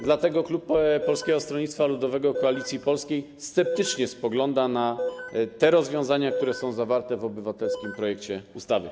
Dlatego klub Polskie Stronnictwo Ludowe - Koalicja Polska sceptycznie spogląda na te rozwiązania, które są zawarte w obywatelskim projekcie ustawy.